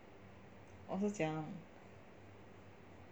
我是讲